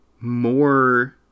more